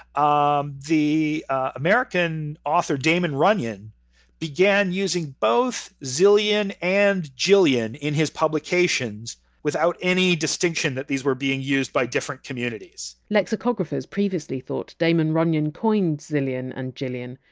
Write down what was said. um the american author damon runyon began using both zillion and jillion in his publications, without any distinction that these were being used by different communities lexicographers previously thought damon runyon coined! zillion! and! jillion,